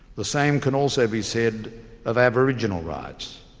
the same can also be said of aboriginal rights.